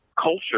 culture